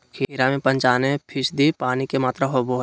खीरा में पंचानबे फीसदी पानी के मात्रा होबो हइ